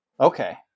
Okay